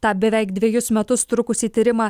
tą beveik dvejus metus trukusį tyrimą